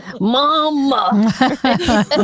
Mama